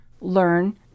Learn